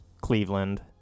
Cleveland